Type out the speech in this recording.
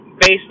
based